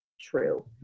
true